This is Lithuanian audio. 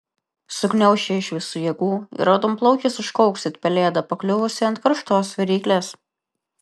sugniauš ją iš visų jėgų ir raudonplaukis užkauks it pelėda pakliuvusi ant karštos viryklės